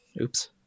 Oops